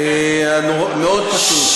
לא נאמר כלפיך.